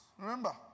Remember